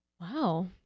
Wow